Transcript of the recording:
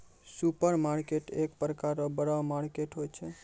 supermarket एक प्रकार रो बड़ा मार्केट होय छै